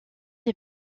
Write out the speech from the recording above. est